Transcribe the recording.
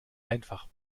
einfach